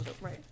Right